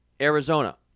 Arizona